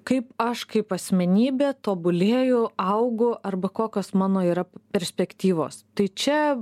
kaip aš kaip asmenybė tobulėju augu arba kokios mano yra perspektyvos tai čia